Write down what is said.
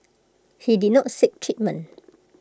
he did not seek treatment